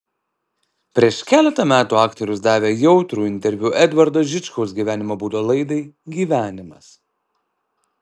prieš keletą metų aktorius davė jautrų interviu edvardo žičkaus gyvenimo būdo laidai gyvenimas